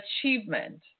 achievement